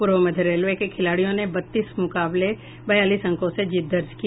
पूर्व मध्य रेलवे के खिलाड़ियों ने बत्तीस के मुकाबले बयालीस अंकों से जीत दर्ज की